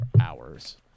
hours